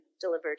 delivered